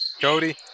Cody